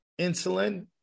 insulin